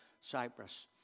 Cyprus